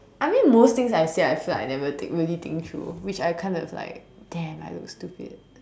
I mean most things I say I feel like I never really think through which I kind of like damn I look stupid